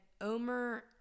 Omer